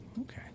Okay